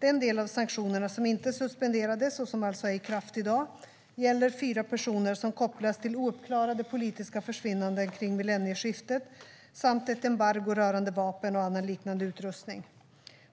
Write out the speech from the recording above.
Den del av sanktionerna som inte suspenderades, och som alltså är i kraft i dag, gäller fyra personer som kopplas till ouppklarade politiska försvinnanden kring millennieskiftet samt ett embargo rörande vapen och annan liknande utrustning.